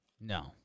No